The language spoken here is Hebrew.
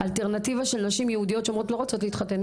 אלטרנטיבה של נשים יהודיות שאומרות לא רוצות להתחתן,